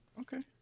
Okay